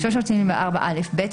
384א(ב),